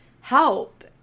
help